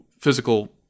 physical